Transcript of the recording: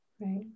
right